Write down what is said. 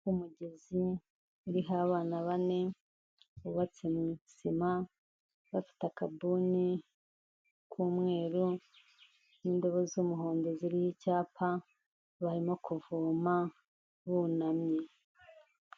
Umugezi uriho abana bane, wubatse mu isima, bafite akabuni k'umweru n'indobo z'umuhondo ziriho icyapa, barimo kuvoma bunamye.